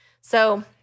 So-